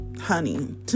honey